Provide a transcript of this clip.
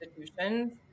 institutions